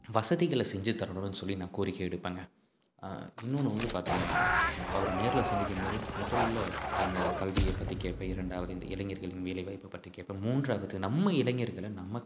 வசதிகளை செஞ்சுத்தரணும்னு சொல்லி நான் கோரிக்கை விடுப்பேன்ங்க இன்னொன்று வந்து பார்த்திங்கன்னா அவரை நேரில் சந்திக்கும் போது முதலில் அந்த கல்வியை பற்றி கேட்பேன் இரண்டாவது இந்த இளைஞர்களின் வேலைவாய்ப்பை பற்றி கேட்பேன் மூன்றாவது நம்ம இளைஞர்களை நம்ம